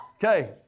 Okay